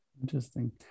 Interesting